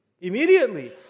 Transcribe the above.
Immediately